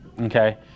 Okay